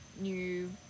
new